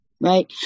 Right